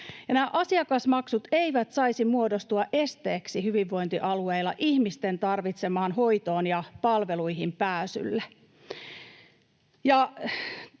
Nämä asiakasmaksut eivät saisi muodostua esteeksi hyvinvointialueilla ihmisten tarvitsemaan hoitoon ja palveluihin pääsyyn.